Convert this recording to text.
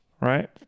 right